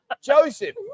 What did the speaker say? joseph